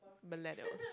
Millenials